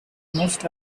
most